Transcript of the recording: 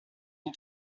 ont